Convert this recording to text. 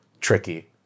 tricky